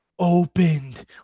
opened